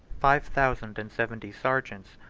five thousand and seventy sergeants,